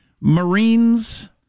Marines